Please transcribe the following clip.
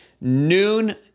noon